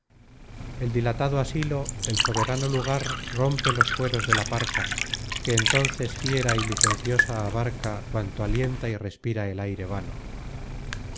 el dilatado asilo el soberano lugar rompe los fueros de la parca que entonces fiera y licenciosa abarca cuanto alienta y respira el aire vano